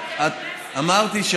בבקשה,